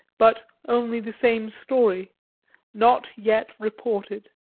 but only the same story not yet reported.